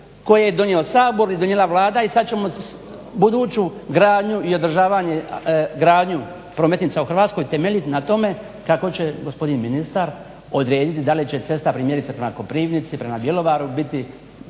koje je donio Sabor i donijela Vlada i sad ćemo buduću gradnju i održavanje, gradnju prometnica u Hrvatskoj temelji na tome kako će gospodin ministar odrediti da li će cesta primjerice prema Koprivnici, prema Bjelovaru biti